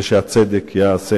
ושהצדק ייעשה